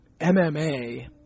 MMA